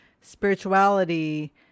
spirituality